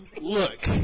Look